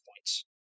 points